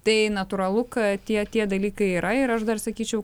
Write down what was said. tai natūralu kad tie tie dalykai yra ir aš dar sakyčiau